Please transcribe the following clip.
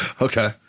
Okay